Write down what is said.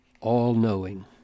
all-knowing